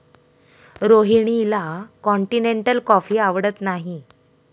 रोहिणीला continental coffee आवडत नाही